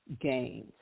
gains